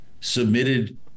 submitted